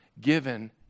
given